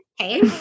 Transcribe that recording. okay